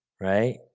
Right